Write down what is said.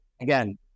Again